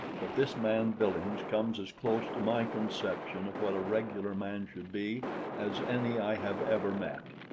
but this man billings comes as close to my conception of what a regular man should be as any i have ever met.